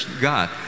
God